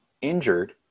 injured